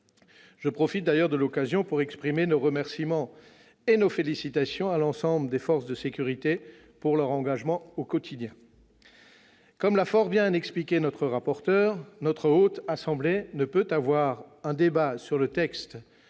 Je profite de cette occasion pour exprimer nos remerciements et nos félicitations à l'ensemble des forces de sécurité pour leur engagement au quotidien. Comme l'a fort bien expliqué notre rapporteur, notre haute assemblée ne peut pas avoir un débat sur le texte